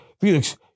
Felix